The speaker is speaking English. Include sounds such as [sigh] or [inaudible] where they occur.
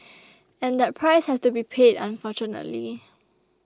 [noise] and that price has to be paid unfortunately